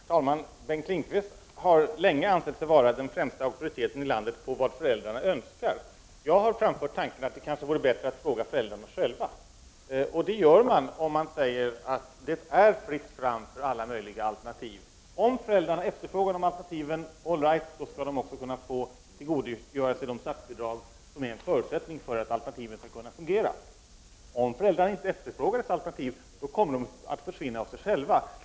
Herr talman! Bengt Lindqvist har länge ansett sig vara den främste auktoriteten i landet på vad föräldrarna önskar. Jag har framfört tanken att det kanske vore bättre att fråga föräldrarna själva. Det gör man om man säger att det är fritt fram för alla möjliga alternativ. Om föräldrarna efterfrågar de alternativen skall de också kunna få tillgodogöra sig det statsbidrag som är en förutsättning för att alternativen skall kunna fungera. Om föräldrarna inte efterfrågar dessa alternativ, kommer de att försvinna av sig själva.